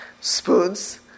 Spoons